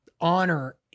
honor